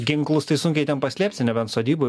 ginklus tai sunkiai ten paslėpsi nebent sodyboj